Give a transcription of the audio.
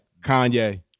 Kanye